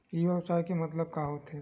ई व्यवसाय के मतलब का होथे?